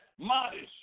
modest